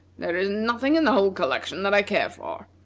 there is nothing in the whole collection that i care for.